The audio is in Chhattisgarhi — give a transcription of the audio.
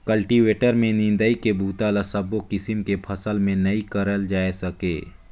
कल्टीवेटर में निंदई के बूता ल सबो किसम के फसल में नइ करल जाए सके